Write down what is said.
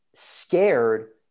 Scared